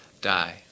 die